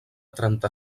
trenta